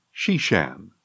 Shishan